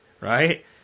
right